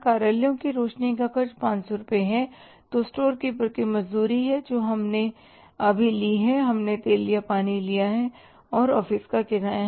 कार्यालयों की रोशनी का खर्च 500 रुपये है तो स्टोर कीपर की मजदूरी है जो हमने अभी ली है हमने तेल या पानी लिया है और ऑफ़िस का किराया है